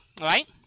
right